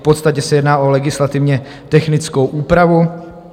V podstatě se jedná o legislativně technickou úpravu.